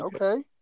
Okay